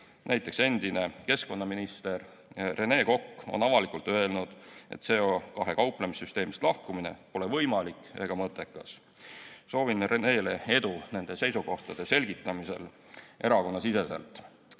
Näiteks endine keskkonnaminister Rene Kokk on avalikult öelnud, et CO2kauplemissüsteemist lahkumine pole võimalik ega mõttekas. Soovin Renele edu nende seisukohtade selgitamisel erakonnasiseselt.